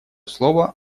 слово